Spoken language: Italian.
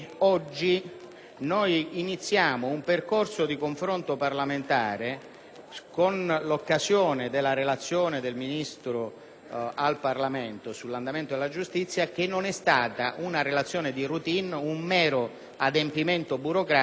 con l'occasione della relazione del Ministro al Parlamento sull'andamento della giustizia; essa non è stata una relazione di *routine*, un mero adempimento burocratico: in questa sede si è aperto infatti un confronto su tutte le questioni.